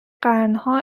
قرنها